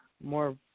more